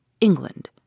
England